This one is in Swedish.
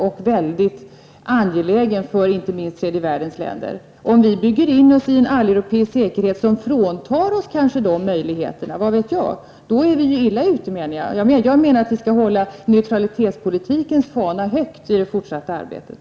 Den har varit angelägen för inte minst tredje världens länder. Om vi bygger in oss i en alleuropeisk säkerhet som fråntar oss möjligheterna att uppträda som ett neutralt land, då är vi illa ute. Jag anser att vi skall hålla neutralitetspolitikens fana högt i det fortsatta arbetet.